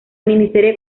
miniserie